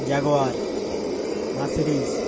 jaguar Mercedes